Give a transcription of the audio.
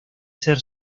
ser